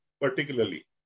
particularly